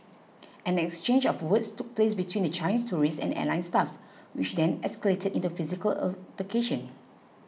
an exchange of words took place between the Chinese tourists and airline staff which then escalated into a physical altercation